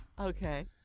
Okay